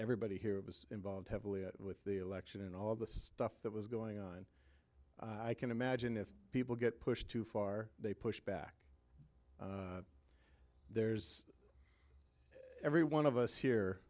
everybody here was involved heavily with the election and all the stuff that was going on i can imagine if people get pushed too far they push back there's every one of us here